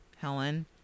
Helen